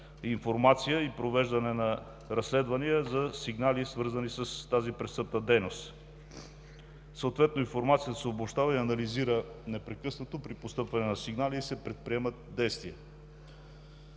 информация и провеждане на разследвания за сигнали, свързани с тази престъпна дейност. Съответно информацията се обобщава и анализира непрекъснато при постъпване на сигнали и се предприемат действия.